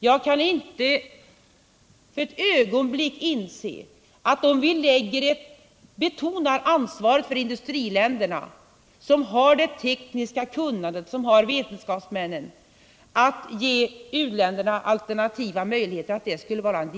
Jag kan inte för ett ögonblick se att det skulle vara en diskriminering att betona det ansvar i-länderna har med sina vetenskapsmän och sitt tekniska kunnande att ge u-länderna alternativa möjligheter.